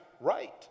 right